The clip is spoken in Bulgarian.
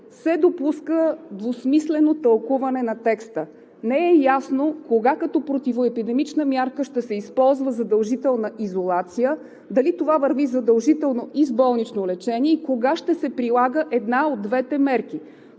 се допуска двусмислено тълкуване на текста. Не е ясно кога като противоепидемична мярка ще се използва задължителна изолация – дали това върви задължително и с болнично лечение и кога ще се прилага една от двете мерки,